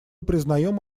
признаем